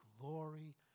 glory